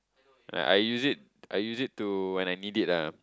ya I use I use it to when I need it ah